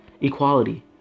equality